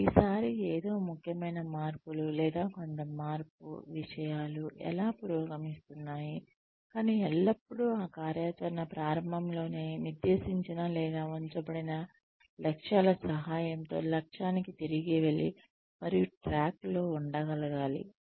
ప్రతిసారీ ఏదో ముఖ్యమైన మార్పులు లేదా కొంత మార్పు విషయాలు ఎలా పురోగమిస్తున్నాయి కానీ ఎల్లప్పుడూ ఆ కార్యాచరణ ప్రారంభంలోనే నిర్దేశించిన లేదా ఉంచబడిన లక్ష్యాల సహాయంతో లక్ష్యానికి తిరిగి వెళ్లి మరియు ట్రాక్లో ఉండగలగాలి